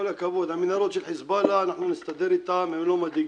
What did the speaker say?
עם כל הכבוד,